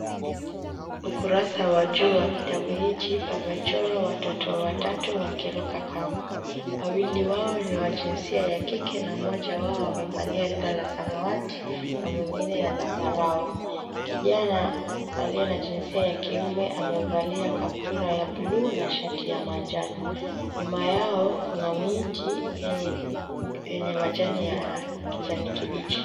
Ukurasa wa juu wa kitabu hichi wamechora watoto watatu wakiruka kamba wawili wao ni wa jinsia ya kike, mmoja wao amevalia rinda la samawati na mwingine ya zambarao kijana aliye wa jinsia ya kiume amevalia kaptura ya blu na shati ya manjano nyuma yao, kuna miti yenye majani ya kijani kibichi.